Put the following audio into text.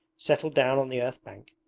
settled down on the earth-bank,